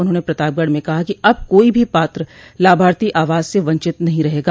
उन्होंने प्रतापगढ़ में कहा कि अब कोई भी पात्र लाभार्थी आवास से वंचित नहीं रहेगा